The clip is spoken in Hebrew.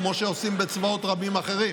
כמו שעושים בצבאות רבים אחרים,